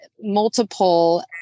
multiple